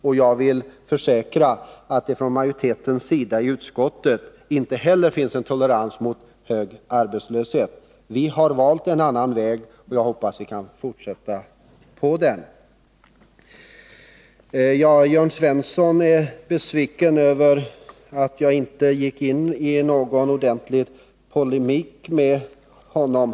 Och jag försäkrar att det från majoritetens sida i utskottet inte heller finns någon tolerans mot hög arbetslöshet. Vi har valt en annan väg. Jag hoppas att vi kan fortsätta på den. Jörn Svensson är besviken över att jag inte gick in i någon ordentlig polemik mot honom.